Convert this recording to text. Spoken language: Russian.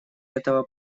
этого